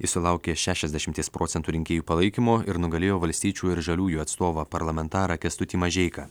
jis sulaukė šešiasdešimties procentų rinkėjų palaikymo ir nugalėjo valstiečių ir žaliųjų atstovą parlamentarą kęstutį mažeiką